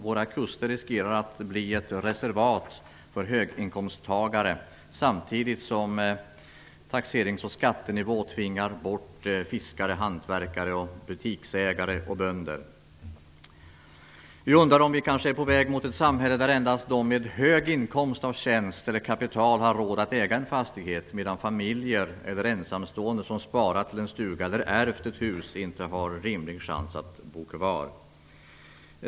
Våra kuster riskerar att bli ett reservat för höginkomsttagare, samtidigt som taxerings och skattenivå tvingar bort fiskare, hantverkare, butiksägare och bönder. Vi undrar om vi är på väg mot ett samhälle där endast de med hög inkomst av tjänst eller kapital har råd att äga en fastighet medan familjer eller ensamstående som sparat till en stuga eller ärvt ett hus inte har rimlig chans att bo kvar.